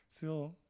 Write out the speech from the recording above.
Phil